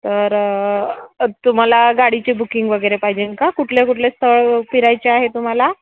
तर तुम्हाला गाडीची बुकिंग वगैरे पाहिजे का कुठल्या कुठल्या स्थळ फिरायचे आहे तुम्हाला